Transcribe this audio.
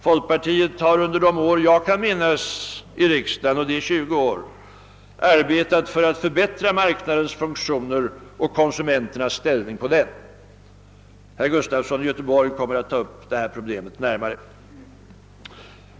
Folkpartiet har i riksdagen under de år jag kan minnas — och det är 20 år jag varit i riksdagen — arbetat för att förbättra marknadens funktioner och konsumenternas ställning på marknaden. Herr Gustafson i Göteborg kommer att ta upp detta problem närmare.